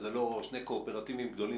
וזה לא שני קואופרטיבים גדולים,